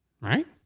right